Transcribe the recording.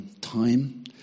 time